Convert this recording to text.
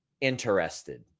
interested